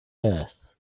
earth